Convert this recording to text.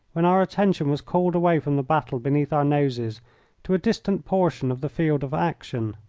when our attention was called away from the battle beneath our noses to a distant portion of the field of action.